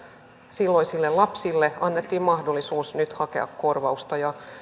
silloisille lapsille annettiin mahdollisuus nyt hakea korvausta ja